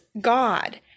God